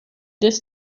this